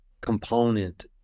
component